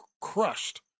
crushed